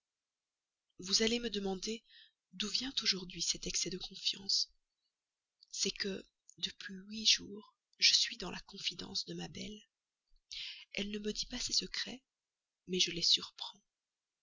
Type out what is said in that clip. vous allez me demander d'où me vient aujourd'hui cet excès de confiance c'est que depuis huit jours je suis dans la confidence de ma belle elle ne me dit pas ses secrets mais je les surprends